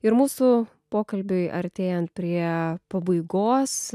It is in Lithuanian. ir mūsų pokalbiui artėjant prie pabaigos